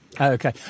Okay